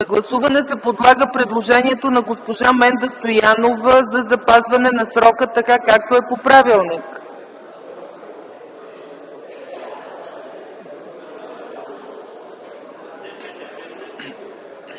гласуване се подлага предложението на госпожа Менда Стоянова за запазване на срока, както е по правилник.